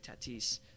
Tatis